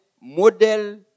modèle